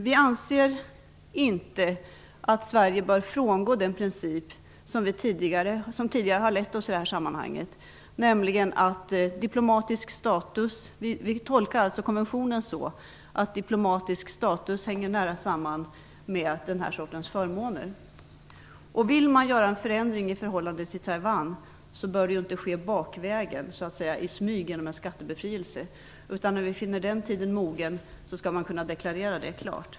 Vi anser inte att Sverige bör frångå den princip som tidigare har lett oss i detta sammanhang, nämligen att vi tolkar konventionen så att diplomatisk status hänger nära samman med denna sorts förmåner. Vill man göra en förändring i förhållande till Taiwan bör det inte ske bakvägen, i smyg, genom skattebefrielse. När vi finner tiden mogen skall man kunna deklarera det klart.